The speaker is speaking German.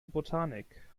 botanik